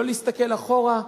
לא להסתכל אחורה,